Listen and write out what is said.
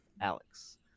Alex